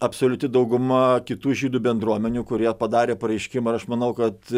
absoliuti dauguma kitų žydų bendruomenių kurie padarė pareiškimąir aš manau kad